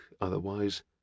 otherwise